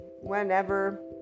Whenever